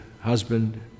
husband